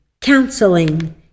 counseling